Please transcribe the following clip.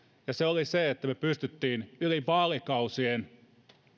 ja se oli se että me pystyimme yli vaalikausien